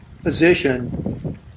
position